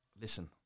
listen